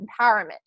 empowerment